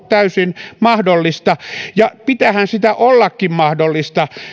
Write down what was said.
täysin mahdollista ja pitäähän sen ollakin mahdollista